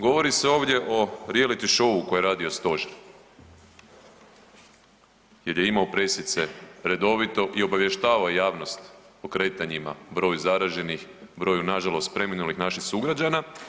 Govori se ovdje o reality showu koji je radio Stožer jer je imao pressice redovito i obavještavao javnost o kretanjima, broju zaraženih, broju na žalost preminulih naših sugrađana.